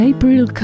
April